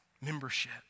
membership